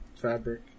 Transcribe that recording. fabric